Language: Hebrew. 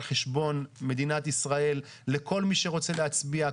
חשבון מדינת ישראל לכל מי שרוצה להצביע.